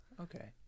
Okay